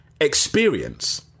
experience